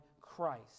Christ